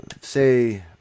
say